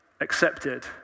accepted